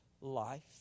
life